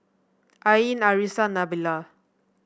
Ain Arissa Nabila